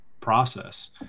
process